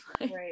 Right